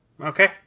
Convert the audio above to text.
Okay